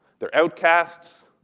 they're outcasts.